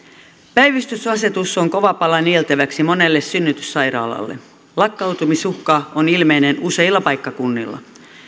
päivystysasetus on kova pala nieltäväksi monelle synnytyssairaalalle lakkautumisuhka on ilmeinen useilla paikkakunnilla